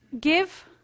give